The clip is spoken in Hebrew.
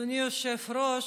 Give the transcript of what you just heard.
אדוני היושב-ראש,